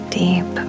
deep